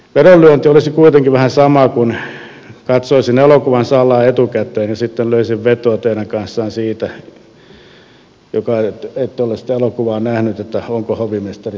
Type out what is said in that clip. vedonlyönti olisi kuitenkin vähän sama kuin katsoisin elokuvan salaa etukäteen ja sitten löisin vetoa teidän kanssanne joka ette ole sitä elokuvaa nähnyt siitä onko hovimestari sittenkin syyllinen